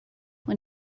when